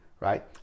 Right